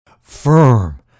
firm